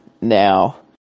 now